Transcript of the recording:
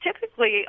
Typically